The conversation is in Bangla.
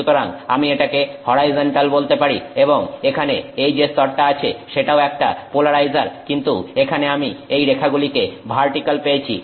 সুতরাং আমি এটাকে হরাইজন্টাল বলতে পারি এবং এখানে এই যে স্তরটা আছে সেটাও একটা পোলারাইজার কিন্তু এখানে আমি এই রেখাগুলিকে ভার্টিক্যাল পেয়েছি